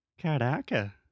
Caraca